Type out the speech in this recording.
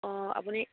অঁ আপুনি